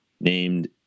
named